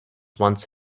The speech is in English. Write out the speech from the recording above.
once